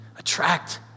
Attract